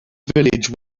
village